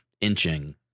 inching